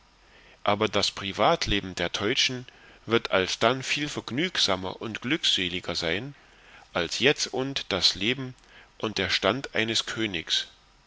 aber das privatleben der teutschen wird alsdann viel vergnügsamer und glückseliger sein als jetzund das leben und der stand eines königs